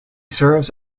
serves